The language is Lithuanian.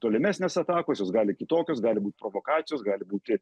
tolimesnės atakos jos gali kitokios gali būt provokacijos gali būti